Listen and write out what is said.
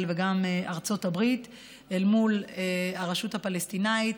וגם ארצות הברית אל מול הרשות הפלסטינית,